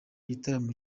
igitaramo